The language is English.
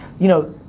you know,